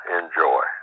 enjoy